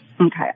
okay